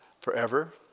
forever